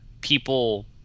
people